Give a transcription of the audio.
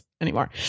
anymore